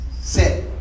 Set